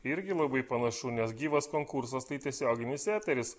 irgi labai panašu nes gyvas konkursas tai tiesioginis eteris